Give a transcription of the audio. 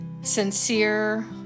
sincere